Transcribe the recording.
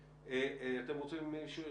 אתם רוצים לשאול שאלה?